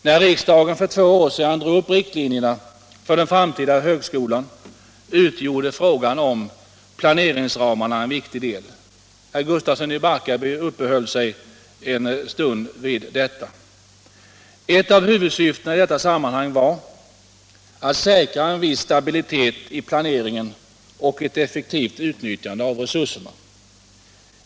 När riksdagen för två år sedan drog upp riktlinjerna för den framtida högskolan utgjorde frågan om planeringsramarna en viktig del — herr Gustafsson i Barkarby uppehöll sig en stund vid detta. Ett av huvudsyftena i detta sammanhang var att säkra en viss stabilitet i planeringen och ett effektivt utnyttjande av resurserna.